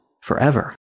forever